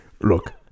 Look